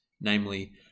Namely